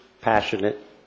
passionate